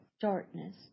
Darkness